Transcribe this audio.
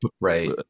Right